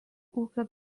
ūkio